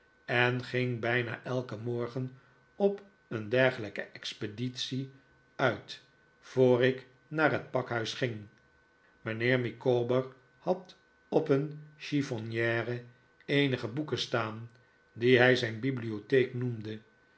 en ging bijna elken morgen op een dergelijke expeditie uit voor ik naar het pakhuis ging mijnheer micawber had op een chiffonniere eenige boeken staan die hij zijn bibliotheek noemde